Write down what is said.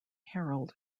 herald